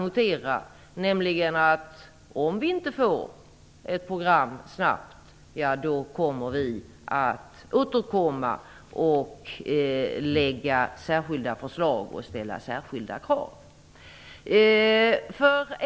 Om vi inte får ett program snabbt kommer vi moderater att återkomma och lägga fram särskilda förslag och ställa särskilda krav.